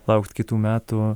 laukt kitų metų